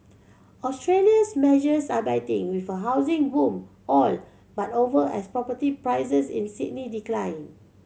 Australia's measures are biting with a housing boom all but over as property prices in Sydney decline